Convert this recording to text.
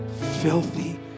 filthy